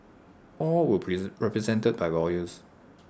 all were represented by lawyers